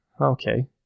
okay